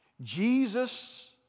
Jesus